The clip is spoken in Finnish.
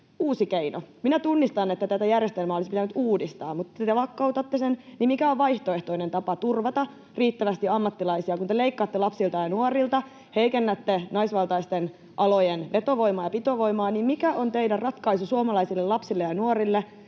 uusi keinonne? Minä tunnistan, että tätä järjestelmää olisi pitänyt uudistaa, mutta te lakkautatte sen. Mikä on vaihtoehtoinen tapa turvata riittävästi ammattilaisia? Kun te leikkaatte lapsilta ja nuorilta, heikennätte naisvaltaisten alojen vetovoimaa ja pitovoimaa, niin mikä on teidän ratkaisunne suomalaisille lapsille ja nuorille